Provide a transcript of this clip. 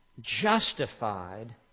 justified